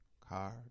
card